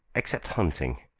except hunting.